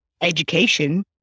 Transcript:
education